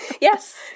Yes